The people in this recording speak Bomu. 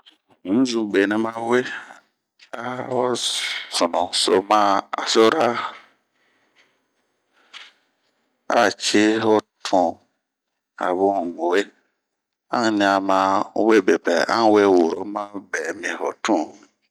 N'yi zun be nɛma we,a ho sunu so ma asora,a cii ho tunh a bunh n'we. an n"ɲan we woro ma bɛɛ mi hoo tunh.